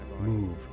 Move